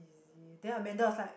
then Amanda was like